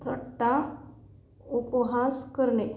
थट्टा उपहास करणे